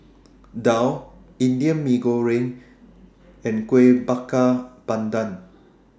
Daal Indian Mee Goreng and Kuih Bakar Pandan